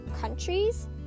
countries